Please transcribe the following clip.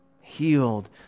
Healed